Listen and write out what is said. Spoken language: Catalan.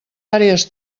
àrees